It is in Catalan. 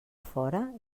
fora